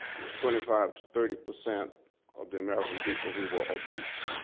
it was twenty five to thirty percent of the american people who were obese.